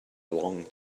long